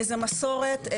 מאיזה מסורת,